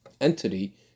entity